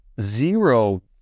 Zero